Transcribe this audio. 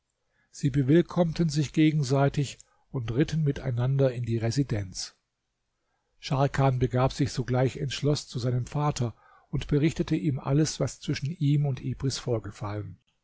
sie bewillkommten sich gegenseitig und ritten miteinander in die residenz scharkan begab sich sogleich ins schloß zu seinem vater und berichtete ihm alles was zwischen ihm und ibris vorgefallen